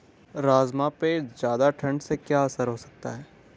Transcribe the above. राजमा पे ज़्यादा ठण्ड से क्या असर हो सकता है?